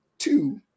two